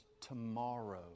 tomorrow